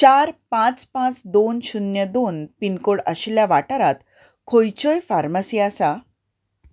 चार पांच पांच दोन शुन्य दोन पिनकोड आशिल्ल्या वाठारांत खंयच्योय फार्मासी आसा